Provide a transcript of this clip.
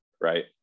right